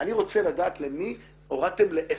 אני רוצה לדעת למי הורדתם לאפס.